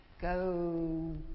Go